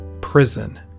prison